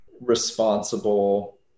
responsible